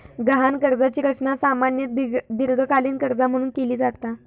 गहाण कर्जाची रचना सामान्यतः दीर्घकालीन कर्जा म्हणून केली जाता